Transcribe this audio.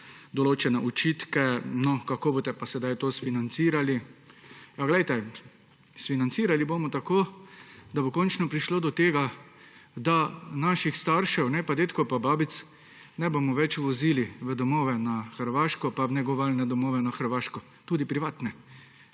določene očitke, kako boste pa sedaj to sfinancirali. Glejte, sfinancirali bomo tako, da bo končno prišlo do tega, da naših staršev in dedkov in babic ne bomo več vozili v domove na Hrvaško in v negovalne domove na Hrvaško, tudi v privatne